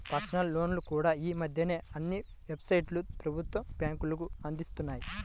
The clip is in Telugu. పర్సనల్ లోన్లు కూడా యీ మద్దెన అన్ని ప్రైవేటు, ప్రభుత్వ బ్యేంకులూ అందిత్తన్నాయి